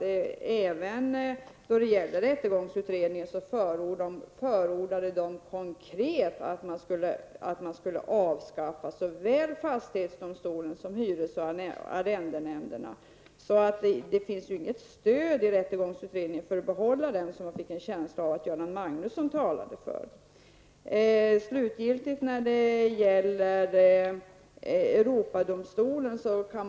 Jag kan inte heller låta bli att konstatera att även rättegångsutredningen konkret förordade att man skulle avskaffa såväl fastighetsdomstolen som hyres och arrendenämnderna. Det finns alltså inget stöd i rättegångsutredningen för att behålla den nuvarande ordningen, något som jag fick intrycket av att Göran Magnusson hävdade.